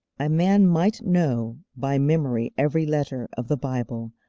a man might know by memory every letter of the bible,